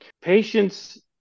Patients